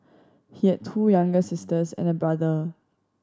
he had two younger sisters and a brother